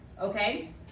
Okay